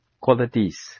qualities